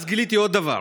אז גיליתי עוד דבר,